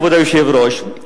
כבוד היושב-ראש,